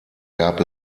gab